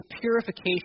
purification